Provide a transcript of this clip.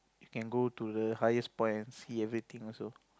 you can go to the highest point and see everything also